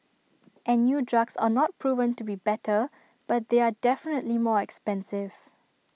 and new drugs are not proven to be better but they are definitely more expensive